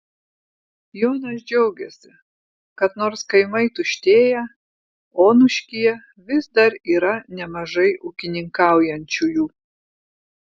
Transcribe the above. jonas džiaugiasi kad nors kaimai tuštėja onuškyje vis dar yra nemažai ūkininkaujančiųjų